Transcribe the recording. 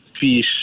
fish